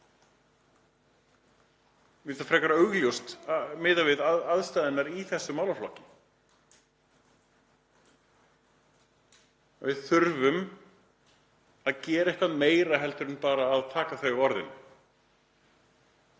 það frekar augljóst miðað við aðstæðurnar í þessum málaflokki. Við þurfum að gera eitthvað meira en bara taka þau á orðinu.